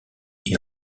est